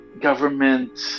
government